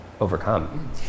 overcome